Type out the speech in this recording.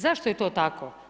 Zašto je to tako?